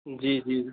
जी जी